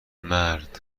مرد